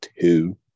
two